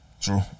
True